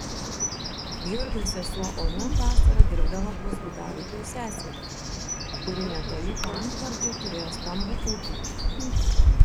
jurgio sesuo ona vasarą dirbdavo pas gudavičiaus seserį kuri netoli paantvardžio turėjo stambų ūkį